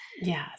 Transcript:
Yes